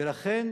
ולכן,